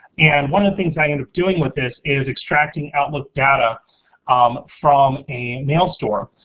and one of the things i end up doing with this is extracting outlook data um from a nail store.